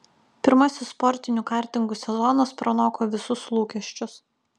pirmasis sportinių kartingų sezonas pranoko visus lūkesčius